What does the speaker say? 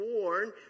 born